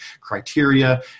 criteria